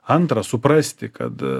antra suprasti kad